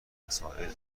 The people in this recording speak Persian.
مسائل